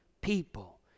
people